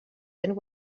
and